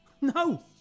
No